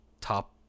top